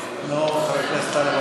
לא, חבר הכנסת טלב אבו עראר.